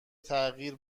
تغییر